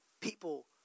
people